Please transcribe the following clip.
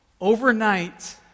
Overnight